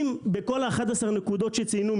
אם בכל 11 הנקודות שציינו,